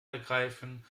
ergreifen